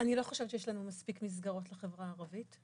אני לא חושבת שיש לנו מספיק מסגרות לחברה הערבית.